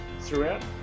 Throughout